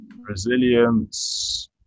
resilience